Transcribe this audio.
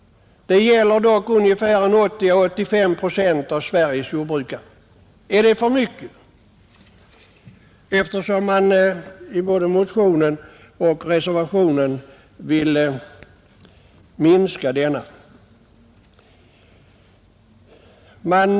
Det gäller dock 80 å 85 procent av Sveriges jordbrukare, Är det för mycket, eftersom man både i motionen och reservationen vill minska denna inkomst?